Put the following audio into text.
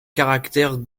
caractères